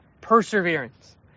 Perseverance